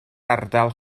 ardal